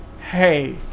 hey